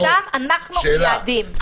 שם אנחנו מייעדים.